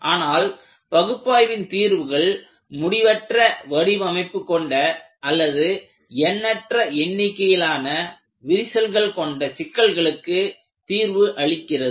ஆனால் பகுப்பாய்வின் தீர்வுகள் முடிவற்ற வடிவமைப்பு கொண்ட அல்லது எண்ணற்ற எண்ணிக்கையிலான விரிசல்கள் கொண்ட சிக்கல்களுக்கு தீர்வு அளிக்கிறது